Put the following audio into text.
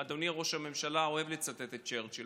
אדוני ראש הממשלה אוהב לצטט את צ'רצ'יל.